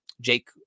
jake